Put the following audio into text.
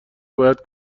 باید